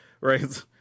Right